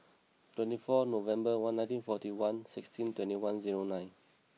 twenty four November one ninety forty one sixteen twenty one zero nine